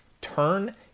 turn